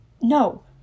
No